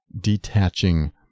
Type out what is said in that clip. detaching